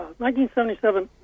1977